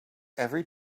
every